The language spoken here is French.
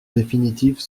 définitives